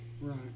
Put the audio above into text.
Right